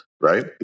right